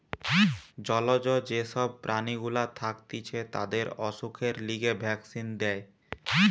জলজ যে সব প্রাণী গুলা থাকতিছে তাদের অসুখের লিগে ভ্যাক্সিন দেয়